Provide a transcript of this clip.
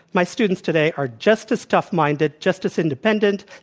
my students today are just as tough-minded, just as independent,